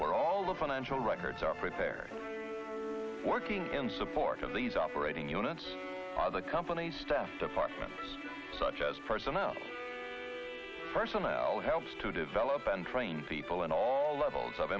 where all the financial records are prepared working in support of these operating units the companies test apartment such as personnel personnel helps to develop and train people in all levels of